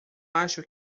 acho